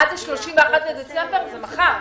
ה-31 בדצמבר זה מחר.